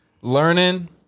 learning